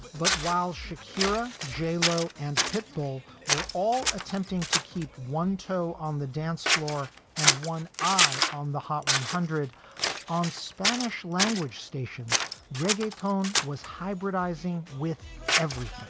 but while sharkira, j-lo and pitbull were all attempting to keep one toe on the dance floor and one eye on the hot one hundred on spanish language stations, reggaeton was hybridizing with every